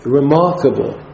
remarkable